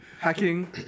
hacking